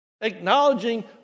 Acknowledging